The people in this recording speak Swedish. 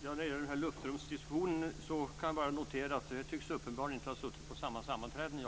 Fru talman! När det gäller luftrumsdiskussionen kan jag bara notera att Lars Ångström och jag uppenbarligen inte har suttit på samma sammanträden.